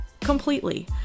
Completely